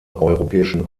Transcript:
europäischen